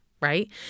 right